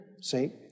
See